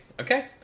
Okay